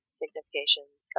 significations